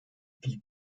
die